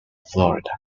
florida